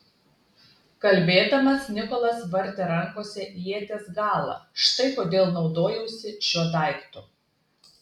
kalbėdamas nikolas vartė rankose ieties galą štai kodėl naudojausi šiuo daiktu